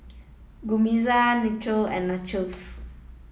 Guacamole Naengmyeon and Nachos